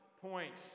points